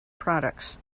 products